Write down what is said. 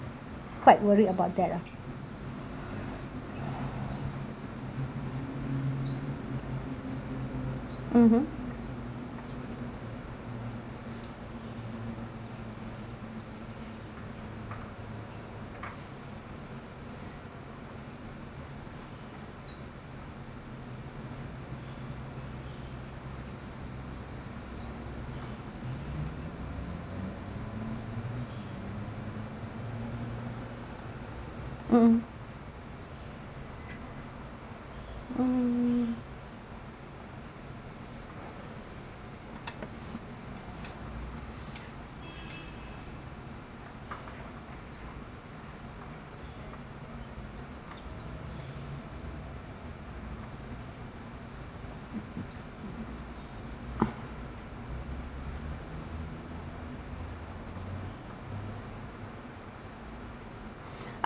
quite worried about that ah mmhmm mm mm